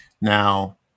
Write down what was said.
Now